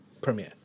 premiere